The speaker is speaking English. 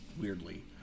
weirdly